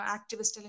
Activist